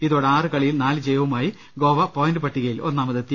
ഇതോടെ ആറ് കളി യിൽ നാല് ജയവുമായി ഗോവ പോയിന്റ് പട്ടികയിൽ ഒന്നാമതെത്തി